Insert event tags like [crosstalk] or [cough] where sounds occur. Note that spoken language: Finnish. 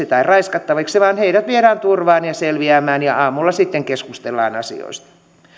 [unintelligible] tai raiskattaviksi vaan heidät viedään turvaan ja selviämään ja aamulla sitten keskustellaan asioista